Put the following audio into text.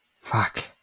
Fuck